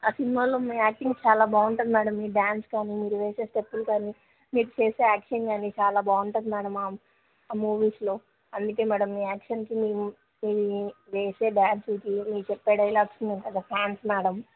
ఆ సినిమాలో మీ యాక్టింగ్ చాలా బాగుంటుంది మేడం మీ డ్యాన్స్ కానీ మీరు వేసే స్టెప్పులు కానీ మీరు చేసే యాక్షన్ కానీ చాలా బాగుంటుంది మేడం ఆ మూవీస్లో అందుకే మేడం మీ యాక్షన్కి మేము మీ మీరు వేసే డాన్స్కి మీరు చెప్పే డైలాగ్స్కి మేము పెద్ద ఫ్యాన్స్ మేడ